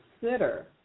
consider